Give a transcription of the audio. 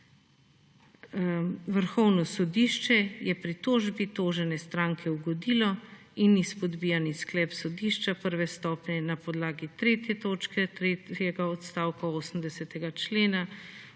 Vrhovno sodišče je pritožbi tožene stranke ugotovilo in izpodbijani sklep sodišča prve stopnje na podlagi 3. točke tretjega odstavka 80. člena